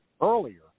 earlier